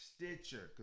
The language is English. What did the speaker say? Stitcher